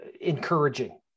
encouraging